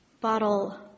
bottle